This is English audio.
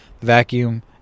vacuum